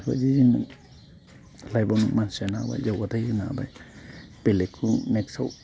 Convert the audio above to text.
बेफोरबायदिजों नों लाइफआव नों मानसि जानो हाबाय जौगाथाय होनो हाबाय बेलेग नेक्सटआव